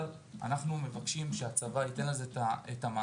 אנחנו מבקשים שהצבא ייתן על זה את המענה,